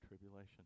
tribulation